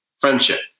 friendship